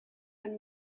and